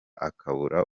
akabura